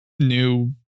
new